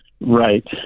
Right